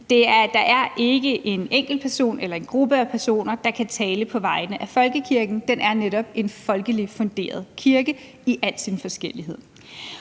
Der er ikke en enkeltperson eller en gruppe af personer, der kan tale på vegne af folkekirken. Den er netop en folkeligt funderet kirke i al sin forskellighed.